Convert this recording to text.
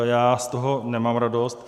Já z toho nemám radost.